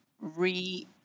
re